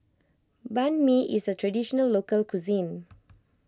Banh Mi is a Traditional Local Cuisine